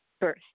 birth